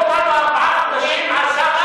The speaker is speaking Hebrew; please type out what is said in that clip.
ארבעה חודשים על,